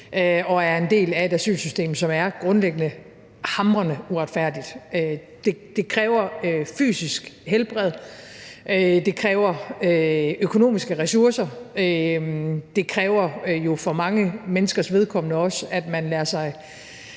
de er en del af et asylsystem, som grundlæggende er hamrende uretfærdigt. Det kræver fysisk helbred, det kræver økonomiske ressourcer, og det kræver jo for mange menneskers vedkommende også, at man lader sig